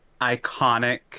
Iconic